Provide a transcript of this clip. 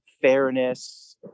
fairness